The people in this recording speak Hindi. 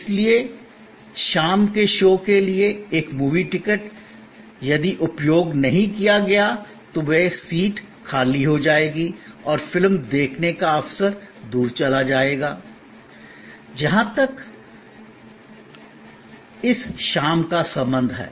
इसलिए इस शाम के शो के लिए एक मूवी टिकट यदि उपयोग नहीं किया गया तो वह सीट खाली हो जाएगी और फिल्म देखने का अवसर दूर चला जाएगा जहां तक इस शाम का संबंध है